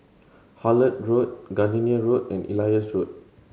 Hullet Road Gardenia Road and Elias Road